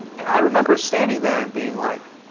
and i remember standing there and being, like,